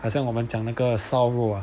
好像我们讲那个烧肉啊